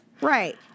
Right